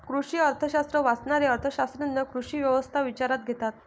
कृषी अर्थशास्त्र वाचणारे अर्थ शास्त्रज्ञ कृषी व्यवस्था विचारात घेतात